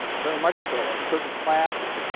very much so or certain classes,